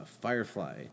Firefly